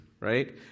right